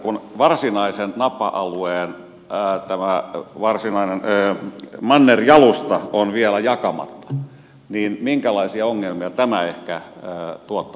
kun tämä varsinaisen napa alueen mannerjalusta on vielä jakamatta niin minkälaisia ongelmia tämä ehkä tuottaa